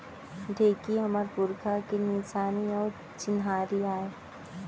ढेंकी हमर पुरखा के निसानी अउ चिन्हारी आय